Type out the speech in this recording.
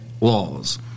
laws